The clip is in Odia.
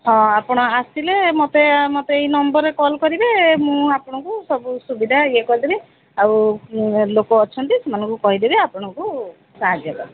ହଁ ଆପଣ ଆସିଲେ ମୋତେ ମୋତେ ଏଇ ନମ୍ବର୍ରେ କଲ୍ କରିବେ ମୁଁ ଆପଣଙ୍କୁ ସବୁ ସୁବିଧା ଇଏ କରିଦେବି ଆଉ ଲୋକ ଅଛନ୍ତି ସେମାନଙ୍କୁ କହିଦେବି ଆପଣଙ୍କୁ ସାହାଯ୍ୟ କରିବେ